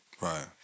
right